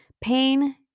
Pain